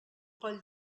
coll